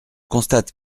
constate